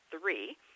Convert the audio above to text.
three